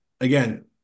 again